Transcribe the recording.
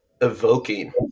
evoking